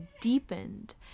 deepened